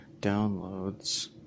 downloads